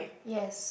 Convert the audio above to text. yes